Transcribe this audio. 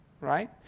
right